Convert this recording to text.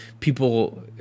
people